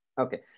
Okay